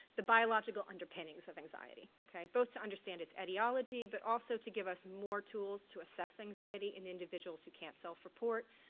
the biological underpinnings of anxiety. both to understand its etiology but also to give us more tools to assess anxiety in individuals who can't self-report,